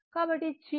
కాబట్టి చిన్న r 5